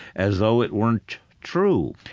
as though it weren't true.